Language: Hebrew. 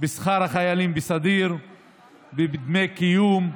בשכר החיילים בסדיר ובדמי קיום,